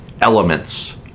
elements